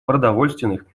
продовольственных